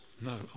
no